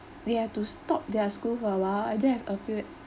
they have to stop their school for a while I do have a few